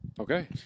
Okay